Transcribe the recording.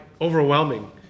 overwhelming